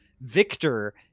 Victor